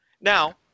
Now